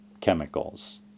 chemicals